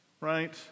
Right